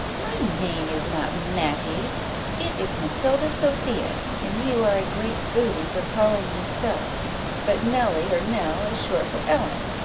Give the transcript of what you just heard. my name is not matty it is matilda sophia, and you are a great booby for calling me so but nelly, or nell, is short for ellen,